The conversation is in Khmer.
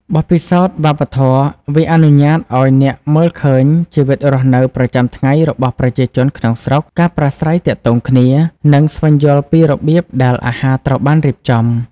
បទពិសោធន៍វប្បធម៌ វាអនុញ្ញាតឲ្យអ្នកមើលឃើញជីវិតរស់នៅប្រចាំថ្ងៃរបស់ប្រជាជនក្នុងស្រុក ការប្រាស្រ័យទាក់ទងគ្នា និងស្វែងយល់ពីរបៀបដែលអាហារត្រូវបានរៀបចំ។